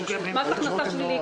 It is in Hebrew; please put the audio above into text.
מס הכנסה שלילי.